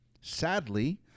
Sadly